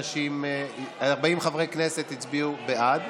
40 חברי כנסת הצביעו בעד,